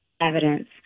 evidence